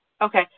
Okay